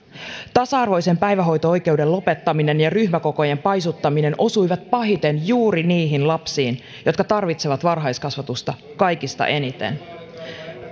tasa arvoisen päivähoito oikeuden lopettaminen ja ryhmäkokojen paisuttaminen osuivat pahiten juuri niihin lapsiin jotka tarvitsevat varhaiskasvatusta kaikista eniten